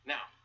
Now